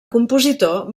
compositor